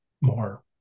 more